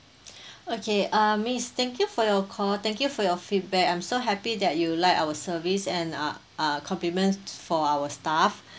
okay uh miss thank you for your call thank you for your feedback I'm so happy that you like our service and uh uh compliment for our staff